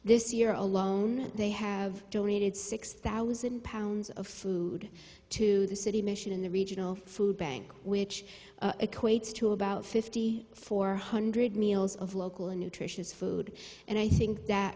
this year alone they have donated six thousand pounds of food to the city mission in the regional food bank which equates to about fifty four hundred meals of local and nutritious food and i think that